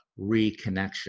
reconnection